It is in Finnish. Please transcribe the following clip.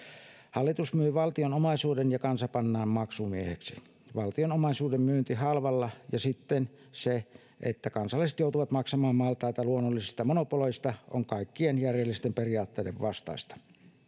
hallitus myy valtion omaisuuden ja kansa pannaan maksumieheksi valtion omaisuuden myynti halvalla ja sitten se että kansalaiset joutuvat maksamaan maltaita luonnollisista monopoleista on kaikkien järjellisten periaatteiden vastaista